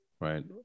right